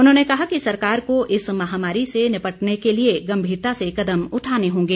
उन्होंने कहा कि सरकार को इस महामारी से निपटने के लिए गम्भीरता से कदम उठाने होंगे